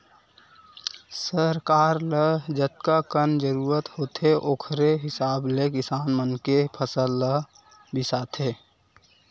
सरकार ल जतकाकन जरूरत होथे ओखरे हिसाब ले किसान मन के फसल ल बिसाथे